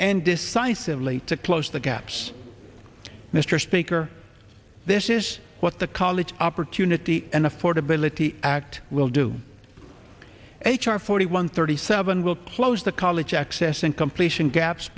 and decisively to close the gaps mr speaker this is what the college opportunity and affordability act will do h r forty one thirty seven will close the college access and completion gaps